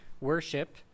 worship